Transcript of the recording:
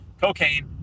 cocaine